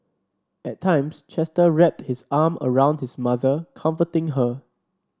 at times Chester wrapped his arm around his mother comforting her